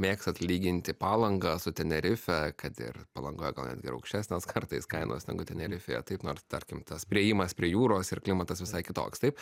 mėgstat lyginti palangą su tenerife kad ir palangoj gal netgi ir aukštesnės kartais kainos negu tenerifėje taip nors tarkim tas priėjimas prie jūros ir klimatas visai kitoks taip